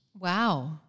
Wow